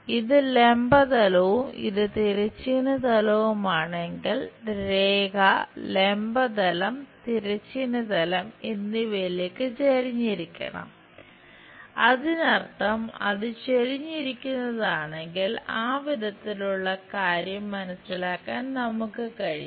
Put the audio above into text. ഇത് ലംബ തലവും ഇത് തിരശ്ചീന തലവും ആണെങ്കിൽ രേഖ ലംബ തലം തിരശ്ചീന തലം എന്നിവയിലേക്ക് ചെരിഞ്ഞിരിക്കണം അതിനർത്ഥം അത് ചെരിഞ്ഞിരിക്കുന്നതാണെങ്കിൽ ആ വിധത്തിലുള്ള കാര്യം മനസ്സിലാക്കാൻ നമുക്ക് കഴിയും